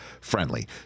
friendly